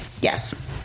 yes